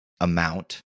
amount